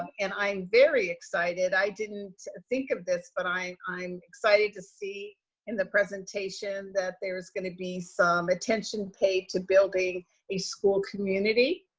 and i'm very excited, i didn't think of this, but i'm excited to see in the presentation that there's going to be some attention paid to building a school community.